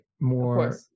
more